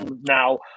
Now